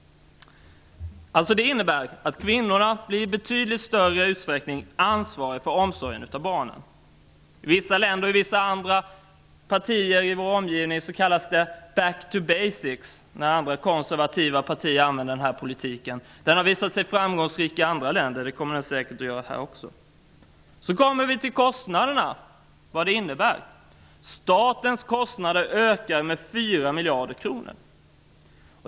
Det innebär alltså att kvinnorna i betydligt större utsträckning blir ansvariga för omsorgen om barnen. I vissa länder, och i vissa andra partier i vår omgivning kallas det ''back to basics'' när man talar om den här konservativa politiken. Den har visat sig framgångsrik i andra länder. Det kommer den säkert att vara här också! Så kommer vi till kostnaderna. Statens kostnader ökar med 4 miljarder kronor.